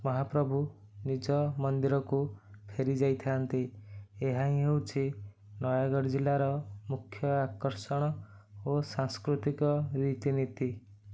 ମହାପ୍ରଭୁ ନିଜ ମନ୍ଦିରକୁ ଫେରିଯାଇଥାନ୍ତି ଏହା ହିଁ ହେଉଛି ନୟାଗଡ଼ ଜିଲ୍ଲାର ମୁଖ୍ୟ ଆକର୍ଷଣ ଓ ସାଂସ୍କୃତିକ ରୀତିନୀତି